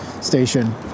station